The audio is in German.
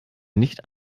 nicht